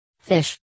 Fish